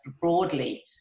broadly